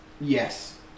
Yes